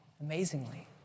amazingly